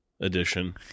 edition